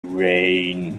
rain